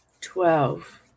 twelve